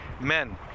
men